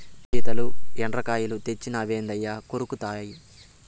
పీతలు, ఎండ్రకాయలు తెచ్చినావేంది అయ్యి కొరుకుతాయి